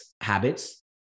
habits